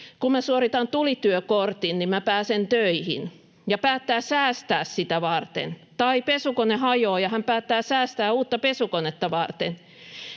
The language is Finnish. kun suoritan tulityökortin, niin pääsen töihin, ja päättää säästää sitä varten, tai pesukone hajoaa ja hän päättää säästää uutta pesukonetta varten,